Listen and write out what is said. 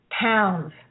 pounds